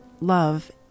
love